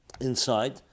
inside